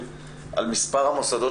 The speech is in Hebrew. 1,585 סטודנטים,